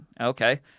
Okay